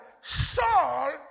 Saul